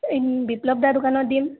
বিপ্লৱদাৰ দোকানত দিম